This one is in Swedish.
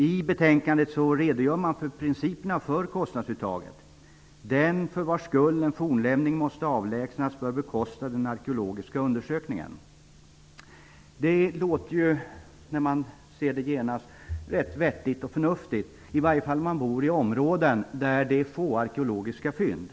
I betänkandet redogörs för principerna för kostnadsuttaget: Den för vars skull en fornlämning måste avlägsnas bör bekosta den arkeologiska undersökningen. När man läser detta låter det vettigt och förnuftigt, i alla fall om man bor i områden med få arkeologiska fynd.